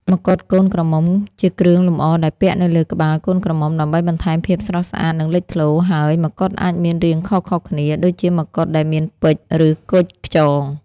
មកុដកូនក្រមុំ ជាគ្រឿងលម្អដែលពាក់នៅលើក្បាលកូនក្រមុំ ដើម្បីបន្ថែមភាពស្រស់ស្អាត និងលេចធ្លោ ហើយ មកុដអាចមានរាងខុសៗគ្នា ដូចជាមកុដដែលមានពេជ្រ ឬគុជខ្យង។